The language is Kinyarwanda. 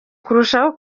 kurushaho